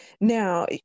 now